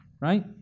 right